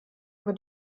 über